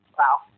wow